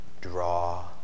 draw